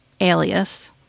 alias